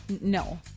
No